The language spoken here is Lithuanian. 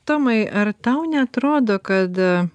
tomai ar tau neatrodo kad